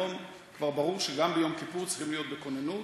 היום כבר ברור שגם ביום כיפור צריכים להיות בכוננות,